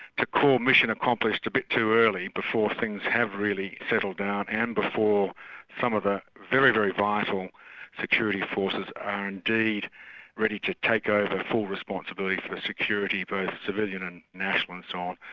to call mission accomplished a bit too early, before things have really settled down, and before some of the very, very vital security forces are indeed ready to take over full responsibility for the security, both civilian and national and so on,